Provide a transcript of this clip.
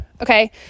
okay